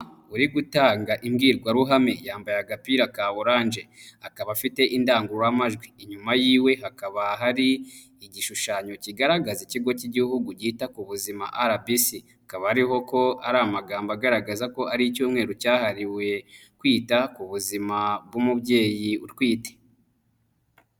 Uri gutanga imbwirwaruhame yambaye agapira ka oranje akaba afite indangururamajwi inyuma y'iwe hakaba hari igishushanyo kigaragaza ikigo cy'igihugu kita ku buzima RBC hakaba ariho ko ari amagambo agaragaza ko ari icyumweru cyahariwe kwita ku buzima bw'umubyeyi utwite.